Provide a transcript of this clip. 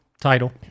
title